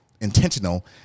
Intentional